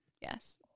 Yes